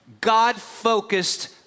God-focused